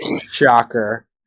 Shocker